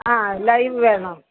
ആ ലൈവ് വേണം